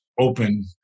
open